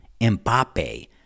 Mbappe